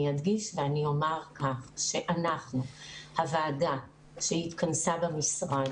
אדגיש ואומר כך: הוועדה שהתכנסה במשרד